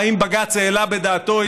האם בג"ץ העלה בדעתו,